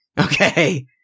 Okay